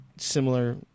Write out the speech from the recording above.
similar